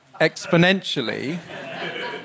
exponentially